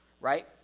right